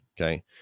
Okay